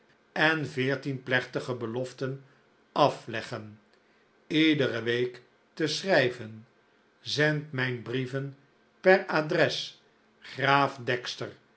en veertien plechtige beloften afleggen iedere week te schrijven zend mijn brieven per adres graaf dexter